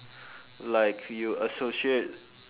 like you associate